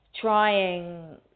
trying